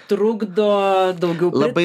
trukdo daugiau pritaria daugiau